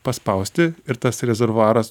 paspausti ir tas rezervuaras